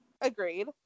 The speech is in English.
Agreed